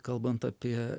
kalbant apie